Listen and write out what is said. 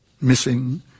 missing